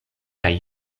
kaj